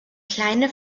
kleine